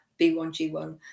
B1G1